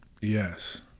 Yes